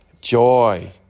joy